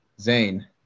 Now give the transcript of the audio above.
Zane